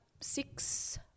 six